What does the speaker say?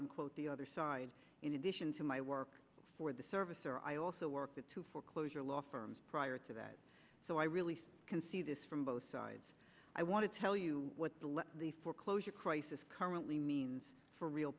unquote the other side in addition to my work for the servicer i also work with two foreclosure law firms prior to that so i really can see this from both sides i want to tell you what the letter the foreclosure crisis currently means for real